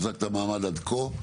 החזקתם מעמד עד כה.